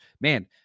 man